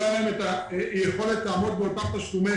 שלא הייתה להם יכולת לעמוד באותם תשלומי